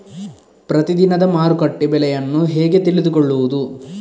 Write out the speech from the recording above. ಪ್ರತಿದಿನದ ಮಾರುಕಟ್ಟೆ ಬೆಲೆಯನ್ನು ಹೇಗೆ ತಿಳಿದುಕೊಳ್ಳುವುದು?